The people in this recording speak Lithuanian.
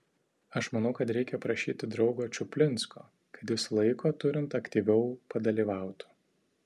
aš manau kad reikia prašyti draugo čuplinsko kad jis laiko turint aktyviau padalyvautų